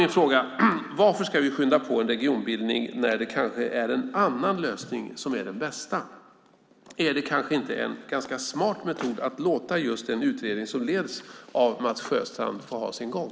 Min fråga är: Varför ska vi skynda på en regionbildning när det kanske är en annan lösning som är den bästa? Är det kanske inte en ganska smart metod att låta just den utredning som leds av Mats Sjöstrand få ha sin gång?